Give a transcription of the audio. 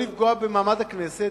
כדי שלא לפגוע במעמד הכנסת,